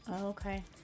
Okay